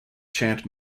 chant